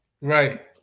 Right